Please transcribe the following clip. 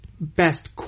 best